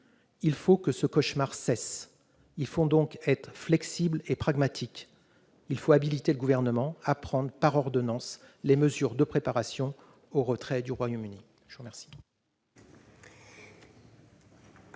Il faut que ce cauchemar cesse : il faut donc être flexible et pragmatique, et habiliter le Gouvernement à prendre par ordonnances les mesures de préparation au retrait du Royaume-Uni. Je mets aux voix